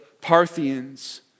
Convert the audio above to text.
Parthians